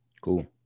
cool